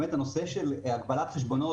הנושא של הגבלת חשבונות,